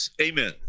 Amen